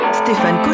Stéphane